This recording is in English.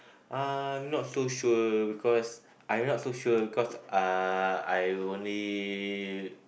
I'm not too sure because I'm not too sure because I I only